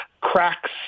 cracks